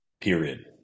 period